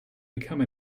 become